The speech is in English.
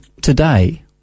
today